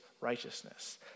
righteousness